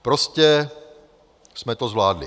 Prostě jsme to zvládli.